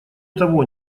того